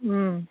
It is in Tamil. ம்